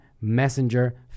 Messenger